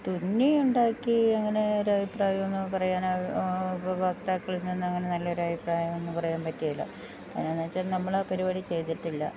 തുന്നി ഉണ്ടാക്കി അങ്ങനെ ഒരു അഭിപ്രായം എന്ന് പറയാന് ഉപഭോക്താക്കളിൽ നിന്നും അങ്ങനെ നല്ലൊരു അഭിപ്രായം ഒന്നും പറയാൻ പറ്റുകയില്ല കാരണം എന്ന് വെച്ചാല് നമ്മളാ പരിപാടി ചെയ്തിട്ടില്ല